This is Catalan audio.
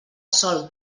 sòl